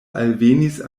alvenis